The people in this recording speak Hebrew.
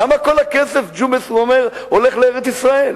למה כל הכסף, ג'ומס, הוא אומר, הולך לארץ-ישראל?